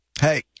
Hey